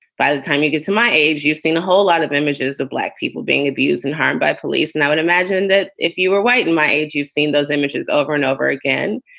by the time you get to my age, you've seen a whole lot of images of black people being abused and harmed by police. and i would imagine that if you were white and my age, you've seen those images over and over again.